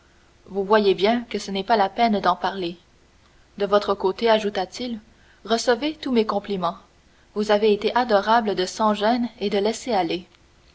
vous voyez bien que ce n'est pas la peine d'en parler de votre côté ajouta-t-il recevez tous mes compliments vous avez été adorable de sans-gêne et de laisser-aller